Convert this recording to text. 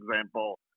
example